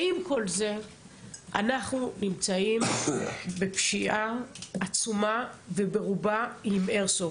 אנחנו נמצאים בפשיעה עצומה, וברובה עם איירסופט.